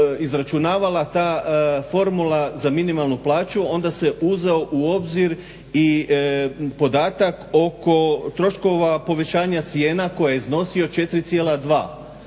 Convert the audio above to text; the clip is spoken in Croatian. izračunavala ta formula za minimalnu plaću onda se uzeo u obzir i podatak oko troškova povećanja cijena koji je iznosio 4,2.